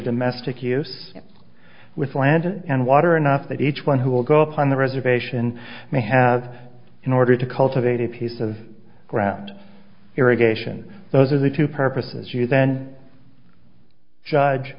domestic use with land and water enough that each one who will go up on the reservation may have in order to cultivate a piece of ground irrigation those are the two purposes you then judge